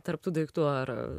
tarp tų daiktų ar